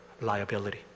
liability